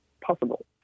possible